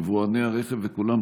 יבואני הרכב וכולם,